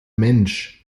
mensch